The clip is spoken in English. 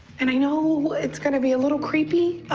and i know it's gonna be a little creepy.